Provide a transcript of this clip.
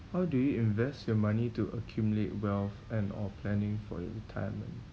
how do you invest your money to accumulate wealth and or planning for your retirement